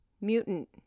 mutant